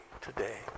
today